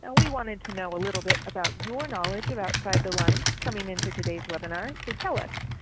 and we wanted to know a little bit about your knowledge of outside the lines coming into today's webinar, so tell us.